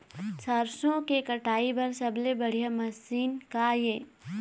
सरसों के कटाई बर सबले बढ़िया मशीन का ये?